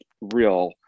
real